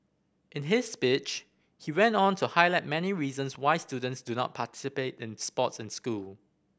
in his speech he went on to highlight many reasons why students do not in sports and school